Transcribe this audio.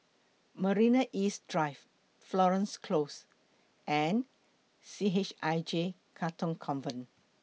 Marina East Drive Florence Close and C H I J Katong Convent